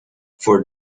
for